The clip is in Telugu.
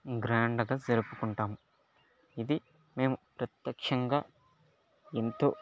గ్రాండ్ గా జరుపుకుంటాం ఇది మేము ప్రత్యక్షంగా ఎంతో